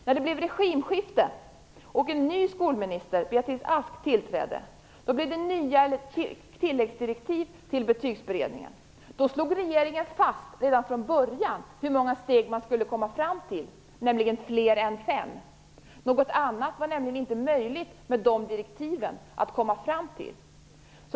När det blev regimskifte och den nya skolministern Beatrice Ask tillträdde fick Betygsberedningen nya direktiv. Då slog regeringen redan från början fast hur många steg man skulle komma fram till, nämligen fler än fem. Något annat var nämligen inte möjligt att komma fram till med dessa direktiv.